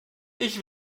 ich